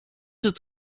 het